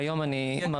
כיום אני מרצה.